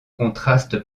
contraste